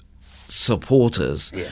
supporters